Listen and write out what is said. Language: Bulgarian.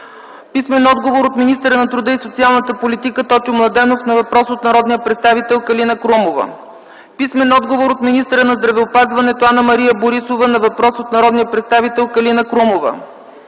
Крумова; - от министъра на труда и социалната политика Тотю Младенов на въпрос от народния представител Калина Крумова; - от министъра на здравеопазването Анна-Мария Борисова на въпрос от народния представител Калина Крумова;